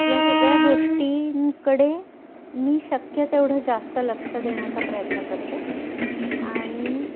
या सगळ्या गोष्टींकडे मी शक्य तेवढं जास्त लक्ष देण्याचा प्रयत्न करते आणि